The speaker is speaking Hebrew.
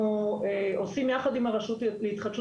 אנחנו עושים יחד עם הרשות להתחדשות